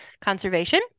conservation